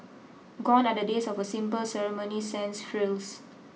gone are the days of a simple ceremony sans frills